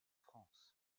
france